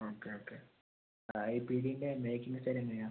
okay okay ഈ പിടീൻ്റെ making style എങ്ങനെയാണ്